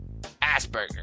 Asperger